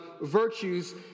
Virtues